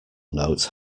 note